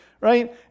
right